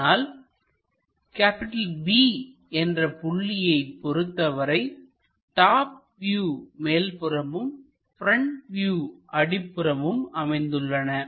ஆனால் b என்ற புள்ளியை பொருத்தவரை டாப் வியூ மேல் புறமும் ப்ரெண்ட் வியூ அடிப்புறமும் அமைந்துள்ளன